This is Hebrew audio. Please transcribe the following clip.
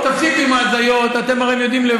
אתה באופוזיציה, אנחנו בשלטון.